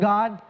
God